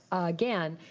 again,